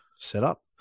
setup